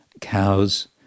cows